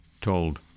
told